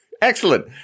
Excellent